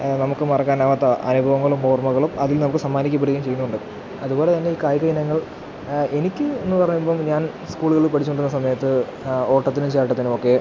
നമുക്ക് മറക്കാനാവാത്ത അനുഭവങ്ങളും ഓർമ്മകളും അതിൽ നമുക്ക് സമ്മാനിക്കപ്പെടുകയും ചെയ്യുന്നുണ്ട് അതുപോലെ തന്നെ ഈ കായിക ഇനങ്ങൾ എനിക്കെന്നു പറയുമ്പോള് ഞാൻ സ്കൂളുകളില് പഠിച്ചുകൊണ്ടിരുന്ന സമയത്ത് ഓട്ടത്തിനും ചാട്ടത്തിനും ഒക്കെ